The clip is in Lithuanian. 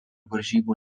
varžybų